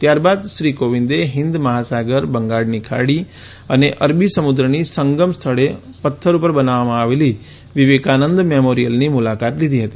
ત્યારબાદ શ્રી કોવિંદે હિન્દ મહાસાગર બંગાળની ખાડી અને અરબી સમુદ્રની સંગમ સ્થળે પથ્થર ઉપર બનાવવામાં આવેલા વિવેકાનંદ મેમોરિયલની મુલાકાત લીધી હતી